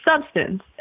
substance